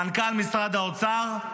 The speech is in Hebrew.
את מנכ"ל משרד האוצר,